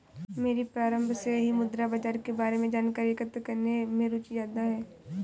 मेरी प्रारम्भ से ही मुद्रा बाजार के बारे में जानकारी एकत्र करने में रुचि ज्यादा है